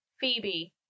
Phoebe